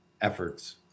efforts